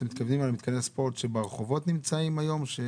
אתם מתכוונים למתקני הספורט שנמצאים היום ברחובות?